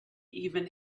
even